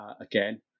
again